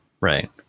Right